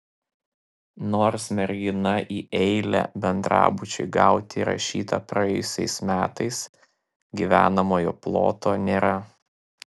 nors mergina į eilę bendrabučiui gauti įrašyta praėjusiais metais gyvenamojo ploto nėra